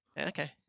Okay